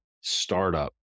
startup